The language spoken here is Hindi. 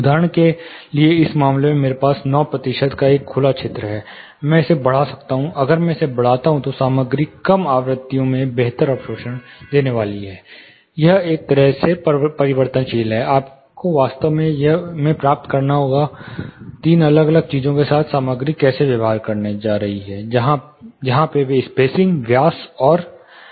उदाहरण के लिए इस मामले में मेरे पास लगभग 9 प्रतिशत का एक खुला क्षेत्र है मैं इसे बढ़ा सकता हूं अगर मैं इसे बढ़ाता हूं तो सामग्री कम आवृत्तियों में बेहतर अवशोषण देने वाली है यह एक तरह से परिवर्तनशील है आपको वास्तव में प्राप्त करना होगा तीन अलग अलग चीजों के साथ सामग्री कैसे व्यवहार करने जा रही है यहां पर वे स्पेसिंग व्यास और बेकिंग हैं